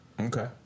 Okay